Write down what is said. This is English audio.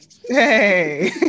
Hey